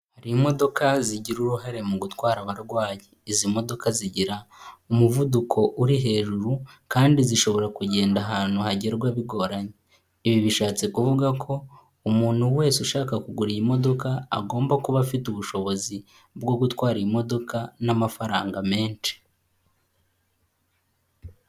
Hari imodoka zigira uruhare mu gutwara abarwayi, izi modoka zigira umuvuduko uri hejuru kandi zishobora kugenda ahantu hagerwa bigoranye, ibi bishatse kuvuga ko umuntu wese ushaka kugura iyi modoka, agomba kuba afite ubushobozi bwo gutwara imodoka n'amafaranga menshi.